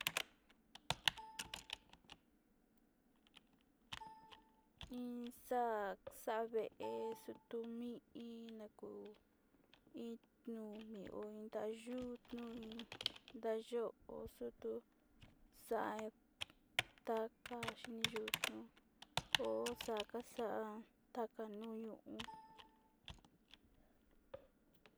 Iin xa'a xave'e chutumi'in nakuu iin nuu mi'o ho iin tayutnio iin ndeyo yutuu xa'a taka xhini yutnu ho xakaxa otañunu.